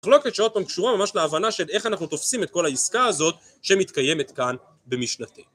המחלוקת שעוד הפעם קשורה ממש להבנה של איך אנחנו תופסים את כל העסקה הזאת שמתקיימת כאן במשנתינו.